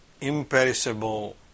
imperishable